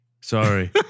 Sorry